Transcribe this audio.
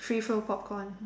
free flow popcorn